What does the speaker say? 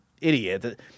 idiot